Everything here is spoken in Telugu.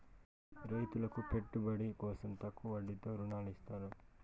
రైతులకు పెట్టుబడి కోసం తక్కువ వడ్డీతో ఋణాలు ఇత్తారు